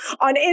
on